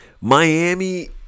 Miami